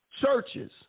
churches